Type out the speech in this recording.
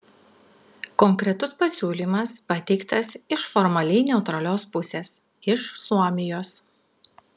konkretus pasiūlymas pateiktas iš formaliai neutralios pusės iš suomijos